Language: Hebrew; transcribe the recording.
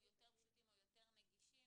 הם יותר פשוטים או יותר נגישים,